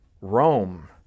Rome